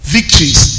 Victories